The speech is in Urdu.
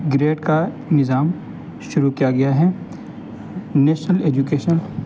گریڈ کا نظام شروع کیا گیا ہے نیشنل ایجوکیشن